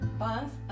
buns